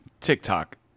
TikTok